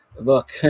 look